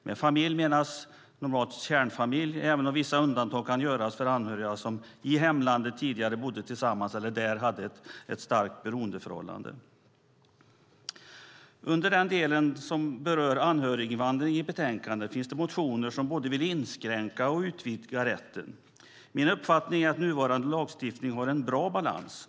Med familj menas normalt kärnfamilj, även om vissa undantag kan göras för anhöriga som man bodde tillsammans med i hemlandet eller om man där hade ett starkt beroendeförhållande. Under den del i betänkandet som berör anhöriginvandring finns det motioner som både vill inskränka och utvidga rätten. Min uppfattning är att nuvarande lagstiftning har en bra balans.